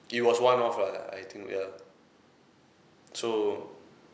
it was one-off lah I think ya so